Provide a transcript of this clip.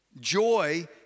Joy